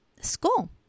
school